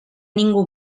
ningú